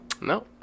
No